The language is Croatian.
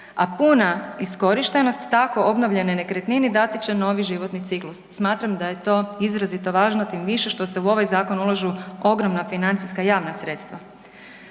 a puna iskorištenost tako obnovljenoj nekretnini dati će novi životni ciklus. Smatram da je to izrazito važno, tim više što se u ovaj zakon ulažu ogromna financijska javna sredstva.